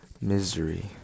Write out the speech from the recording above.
misery